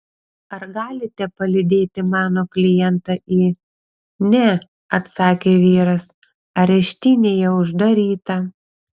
ar galite palydėti mano klientą į ne atsakė vyras areštinėje uždaryta